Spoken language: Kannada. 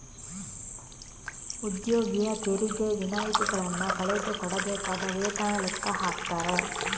ಉದ್ಯೋಗಿಯ ತೆರಿಗೆ ವಿನಾಯಿತಿಗಳನ್ನ ಕಳೆದು ಕೊಡಬೇಕಾದ ವೇತನ ಲೆಕ್ಕ ಹಾಕ್ತಾರೆ